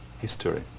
history